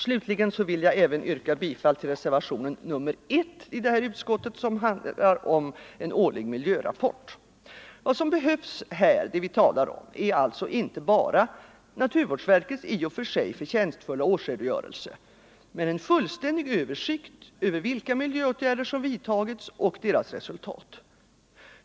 Jag vill slutligen yrka bifall även till reservationen 1, som handlar Nr 130 om en årlig miljörapport. Vad som här behövs är inte bara naturvårds Torsdagen den verkets i och för sig förtjänstfulla årsredogörelse utan en fullständig över 28 november 1974 sikt över vilka miljöåtgärder som har vidtagits och deras resultat.